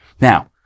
Now